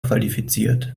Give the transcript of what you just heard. qualifiziert